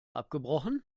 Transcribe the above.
abgebrochen